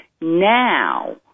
Now